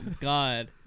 god